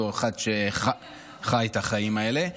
בתור אדם שחי את החיים האלה,